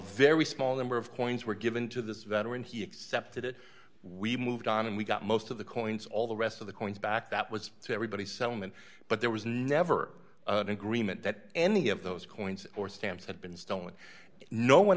very small number of coins were given to this veteran he accepted it we moved on and we got most of the coins all the rest of the coins back that was to everybody settlement but there was never an agreement that any of those coins or stamps had been stolen no one